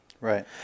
Right